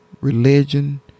Religion